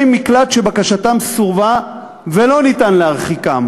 מקלט שבקשתם סורבה ולא ניתן להרחיקם,